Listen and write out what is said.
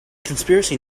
conspiracy